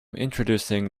introducing